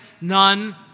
none